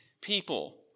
people